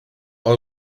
aus